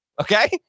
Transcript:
okay